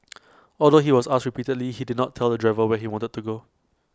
although he was asked repeatedly he did not tell the driver where he wanted to go